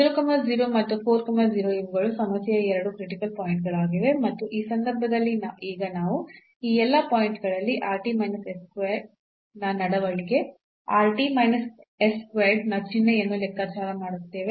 00 ಮತ್ತು 40 ಇವುಗಳು ಸಮಸ್ಯೆಯ 2 ಕ್ರಿಟಿಕಲ್ ಪಾಯಿಂಟ್ ಗಳಾಗಿವೆ ಮತ್ತು ಈ ಸಂದರ್ಭದಲ್ಲಿ ಈಗ ನಾವು ಈ ಎಲ್ಲಾ ಪಾಯಿಂಟ್ ಗಳಲ್ಲಿ ನ ನಡವಳಿಕೆ ನ ಚಿಹ್ನೆಯನ್ನು ಲೆಕ್ಕಾಚಾರ ಮಾಡುತ್ತೇವೆ